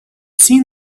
seen